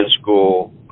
school